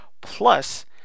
Plus